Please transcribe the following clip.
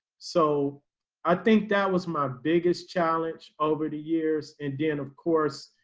so i think that was my biggest challenge over the years. and then of course,